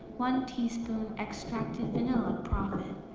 one teaspoon extracted vanilla, profit.